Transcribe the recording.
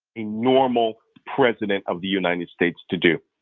a normal president of the united states to do.